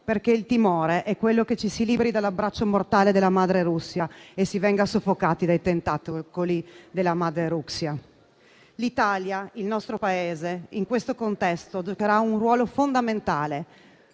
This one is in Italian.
perché il timore è quello che ci si liberi dall'abbraccio mortale della madre Russia e si venga soffocati dai tentacoli della madre "Ru-xia". L'Italia, il nostro Paese, in questo contesto giocherà un ruolo fondamentale,